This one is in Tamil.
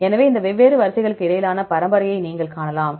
எனவே இந்த வெவ்வேறு வரிசைகளுக்கு இடையிலான பரம்பரையை நீங்கள் காணலாம்